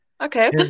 Okay